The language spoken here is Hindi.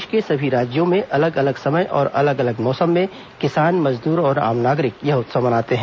देश के सभी राज्यों में अलग अलग समय और अलग अलग मौसम में किसान मजदूर और आम नागरिक यह उत्सव मनाते हैं